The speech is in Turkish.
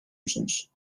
musunuz